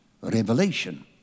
Revelation